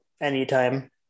anytime